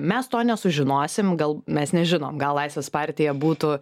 mes to nesužinosim gal mes nežinom gal laisvės partija būtų